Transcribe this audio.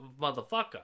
motherfucker